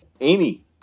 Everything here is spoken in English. Amy